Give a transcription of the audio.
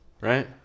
right